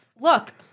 Look